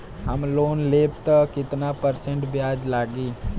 हम लोन लेब त कितना परसेंट ब्याज लागी?